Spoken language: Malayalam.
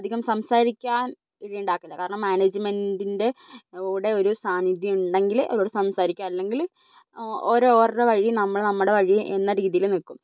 അധികം സംസാരിക്കാൻ ഇടയുണ്ടാക്കില്ല കാരണം മാനേജ്മെൻ്റിൻ്റെ കൂടെ ഒരു സാന്നിധ്യമുണ്ടെങ്കിൽ അവരോട് സംസാരിക്കുക അല്ലെങ്കിൽ അവർ അവരുടെ വഴി നമ്മൾ നമ്മുടെ വഴി എന്ന രീതിയിൽ നിൽക്കും